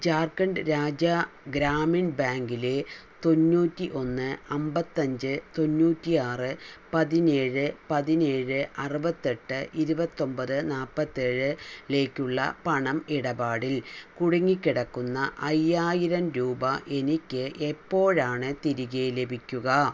ജാർഖണ്ഡ് രാജ്യ ഗ്രാമീൺ ബാങ്കിലെ തൊന്നൂറ്റി ഒന്ന് അൻപത്തഞ്ച് തൊന്നൂറ്റി ആറ് പതിനേഴ് പതിനേഴ് അറുപത്തെട്ട് ഇരുപത്തൊൻപത് നാൽപ്പത്തേഴ് ലേക്കുള്ള പണം ഇടപാടിൽ കുടുങ്ങി കിടക്കുന്ന അയ്യായിരം രൂപ എനിക്ക് എപ്പോഴാണ് തിരികെ ലഭിക്കുക